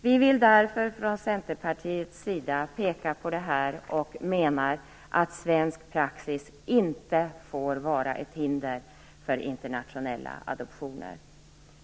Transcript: Vi vill från Centerpartiets sida peka på detta, och vi menar att svensk praxis inte får vara ett hinder för internationella adoptioner.